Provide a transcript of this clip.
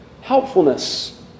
Helpfulness